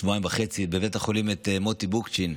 שבועיים וחצי, בבית החולים, את מוטי בוקצ'ין,